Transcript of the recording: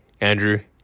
Andrew